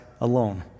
alone